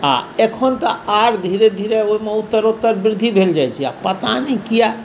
आ एखन तऽ आर धीरे धीरे ओहिमे उत्तरोत्तर वृद्धि भेल जाइत छै पता नहि किआ